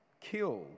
killed